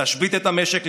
להשבית את המשק,